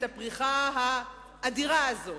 את הפריחה האדירה הזאת.